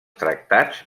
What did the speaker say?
tractats